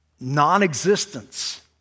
non-existence